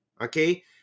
okay